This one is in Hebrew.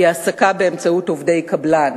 היא העסקה באמצעות עובדי קבלן.